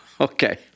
Okay